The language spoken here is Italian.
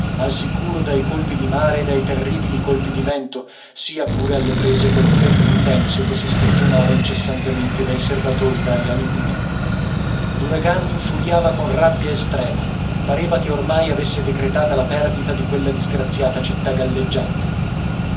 al sicuro dai colpi di mare e dai terribili colpi di vento sia pure alle prese col freddo intenso che si sprigionava incessantemente dai serbatoi d'aria liquida l'uragano infuriava con rabbia estrema pareva che ormai avesse decretata la perdita di quella disgraziata città galleggiante